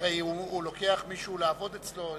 הרי הוא לוקח מישהו לעבוד אצלו,